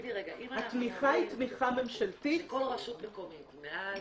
תגידי רגע: אם אנחנו אומרים שכל רשות מקומית מעל